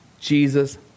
Jesus